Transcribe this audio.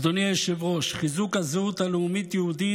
אדוני היושב-ראש, חיזוק הזהות הלאומית-יהודית